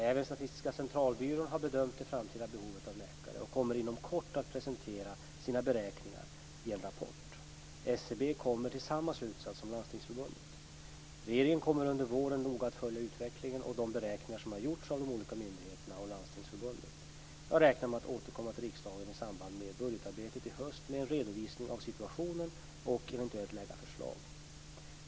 Även Statistiska centralbyrån har bedömt det framtida behovet av läkare och kommer inom kort att presentera sina beräkningar i en rapport. SCB kommer till samma slutsats som Landstingsförbundet. Regeringen kommer under våren att noga följa utvecklingen och de beräkningar som har gjorts av de olika myndigheterna och Landstingsförbundet. Jag räknar med att i samband med budgetarbetet i höst återkomma till riksdagen med en redovisning av situationen och eventuellt lägga förslag.